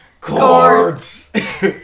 Chords